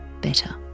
better